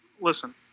listen